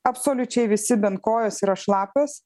absoliučiai visi bent kojos yra šlapios